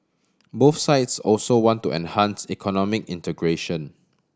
both sides also want to enhance economic integration